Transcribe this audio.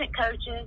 coaches